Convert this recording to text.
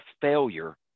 failure